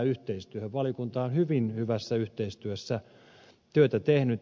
valiokunta on hyvin hyvässä yhteistyössä työtä tehnyt